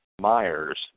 Myers